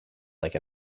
like